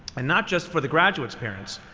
and not just for the graduates' parents.